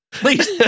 Please